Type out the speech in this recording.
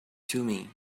thummim